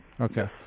Okay